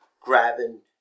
grabbing